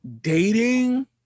dating